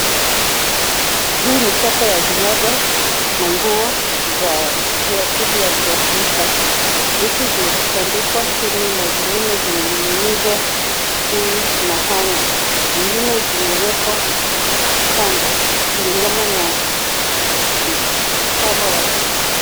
Hii ni soko la vinyango na nguo za kiasili ya kiafrika. Vitu zimetandikwa chini na zingine zimening'inizwa juu na hanger . Zingine zimewekwa kando kulingana na mfano wake.